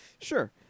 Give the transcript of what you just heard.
Sure